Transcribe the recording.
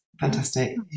fantastic